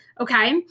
okay